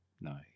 No